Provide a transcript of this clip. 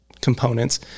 components